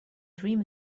dream